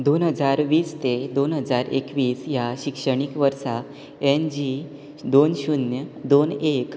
दोन हजार वीस ते दोन हजार एकवीस ह्या शिक्षणीक वर्सा एन जी दोन शुन्य दोन एक